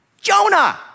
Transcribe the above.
Jonah